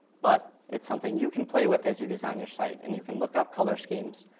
but it's something you can play with as you design your site. and you can look up color schemes.